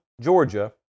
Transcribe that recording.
Georgia